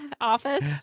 office